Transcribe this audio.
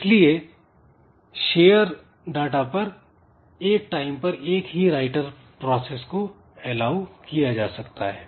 इसलिए share data पर एक टाइम पर एक ही राइटर प्रोसेस को एलाऊ किया जा सकता है